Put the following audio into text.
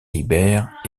libère